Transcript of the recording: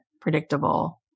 predictable